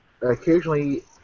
occasionally